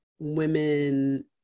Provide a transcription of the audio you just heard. women